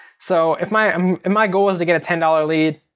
so if my um and my goal is to get a ten dollars lead,